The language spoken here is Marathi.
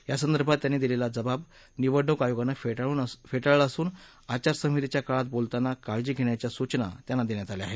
यासंदर्भात त्यांनी दिलेला जबाब निवडणूक आयोगानं फेटाळला असून आचारसंहितेच्या काळात बोलताना काळजी घेण्याच्या सूचना त्यांना दिल्या आहेत